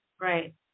Right